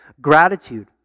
Gratitude